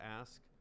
ask